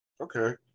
Okay